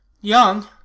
Young